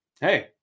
Hey